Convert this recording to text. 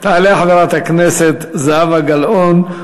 תעלה חברת הכנסת זהבה גלאון,